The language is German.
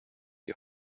die